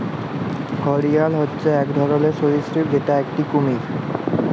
ঘড়িয়াল হচ্যে এক ধরলর সরীসৃপ যেটা একটি কুমির